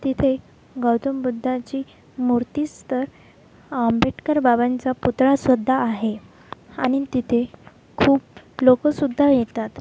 तिथे गौतम बुद्धाची मूर्तीच तर आंबेडकर बाबांचा पुतळासुद्धा आहे आणि तिथे खूप लोकंसुद्धा येतात